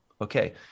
okay